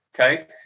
Okay